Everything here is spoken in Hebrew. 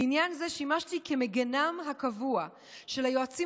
לעניין זה שימשתי כמגינם הקבוע של היועצים